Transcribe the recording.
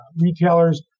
retailers